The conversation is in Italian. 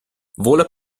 vola